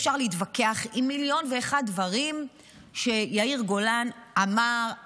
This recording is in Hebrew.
אפשר להתווכח עם מיליון ואחד דברים שיאיר גולן אמר,